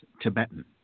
Tibetan